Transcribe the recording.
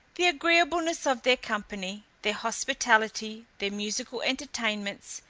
the agreeableness of their company, their hospitality, their musical entertainments,